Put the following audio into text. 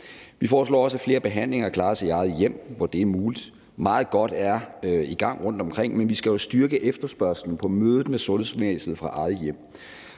Vi foreslår også, at flere behandlinger klares i eget hjem, hvor det er muligt. Meget godt er i gang rundtomkring, men vi skal styrke efterspørgslen på at møde sundhedsvæsenet i eget hjem.